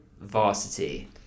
Varsity